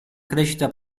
crescita